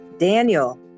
Daniel